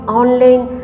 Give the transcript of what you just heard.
online